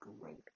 great